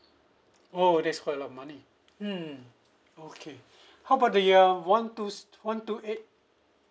oh that's quite a lot of money mm okay how about the uh one two s~ one two eight